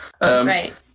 Right